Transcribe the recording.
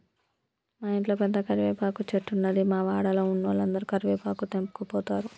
మా ఇంట్ల పెద్ద కరివేపాకు చెట్టున్నది, మా వాడల ఉన్నోలందరు కరివేపాకు తెంపకపోతారు